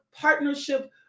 partnership